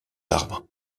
arbres